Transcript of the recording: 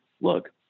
Look